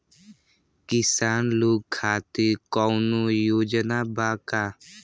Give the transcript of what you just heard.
किसान लोग खातिर कौनों योजना बा का?